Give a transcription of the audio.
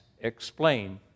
explain